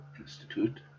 Institute